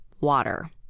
water